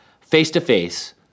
face-to-face